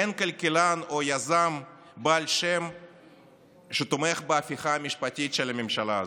אין כלכלן או יזם בעל שם שתומך בהפיכה המשפטית של הממשלה הזאת.